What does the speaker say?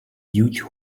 huge